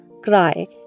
cry